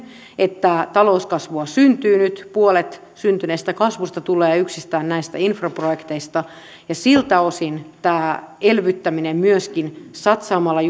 että talouskasvua syntyy nyt puolet syntyneestä kasvusta tulee yksistään näistä infraprojekteista siltä osin tämä elvyttäminen myöskin satsaamalla